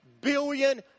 billion